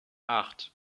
acht